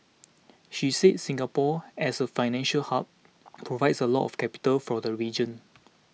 she said Singapore as a financial hub provides a lot of capital for the region